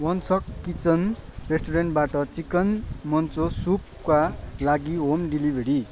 वाङ्गसक kitchen रेस्टुरेन्टबाट chicken manchow सुपका लागि होम डेलिभरी